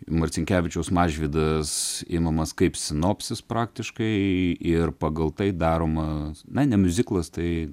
marcinkevičiaus mažvydas imamas kaip sinopsis praktiškai ir pagal tai daroma na ne miuziklas tai